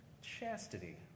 chastity